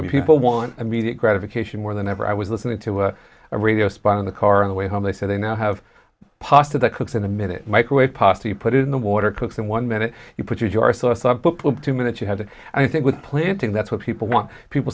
have people want immediate gratification more than ever i was listening to a radio spot in the car on the way home they said they now have pasta that cooks in a minute microwave pasta you put it in the water cooks and one minute you put your sauce up book two minutes you had it i think with planting that's what people want people